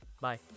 bye